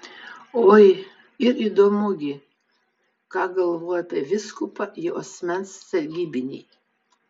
oi ir įdomu gi ką galvoja apie vyskupą jo asmens sargybiniai